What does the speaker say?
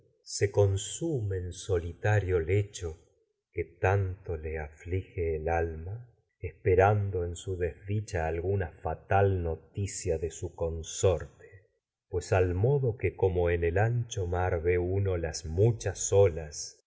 se soli tario lecho que tanto le aflige el alma esperando en su noticia desdicha alguna como y fatal en de su consorte uno pues al modo olas que el ancho mar ve las muchas